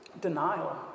denial